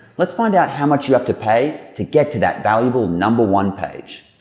let's find out how much you have to pay to get to that valuable number one page.